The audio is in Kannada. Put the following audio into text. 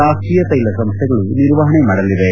ರಾಷ್ಟೀಯ ತೈಲ ಸಂಸ್ಥೆಗಳು ನಿರ್ವಹಣೆ ಮಾಡಲಿವೆ